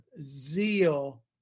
zeal